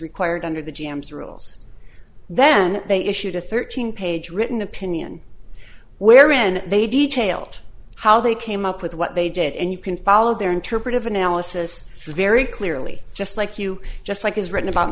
required under the jambs rules then they issued a thirteen page written opinion wherein they detailed how they came up with what they did and you can follow their interpretive analysis very clearly just like you just like is written about